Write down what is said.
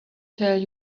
tell